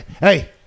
hey